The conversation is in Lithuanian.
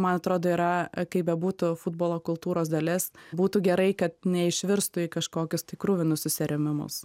man atrodo yra kaip bebūtų futbolo kultūros dalis būtų gerai kad neišvirstų į kažkokius tik kruvinus susirėmimus